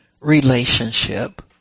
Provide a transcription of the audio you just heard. relationship